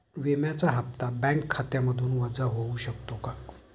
विम्याचा हप्ता बँक खात्यामधून वजा होऊ शकतो का?